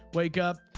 wake up.